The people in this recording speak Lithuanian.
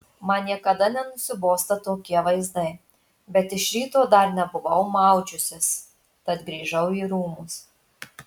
man niekada nenusibosta tokie vaizdai bet iš ryto dar nebuvau maudžiusis tad grįžau į rūmus